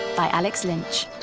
by alex lynch.